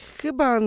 chyba